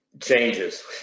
Changes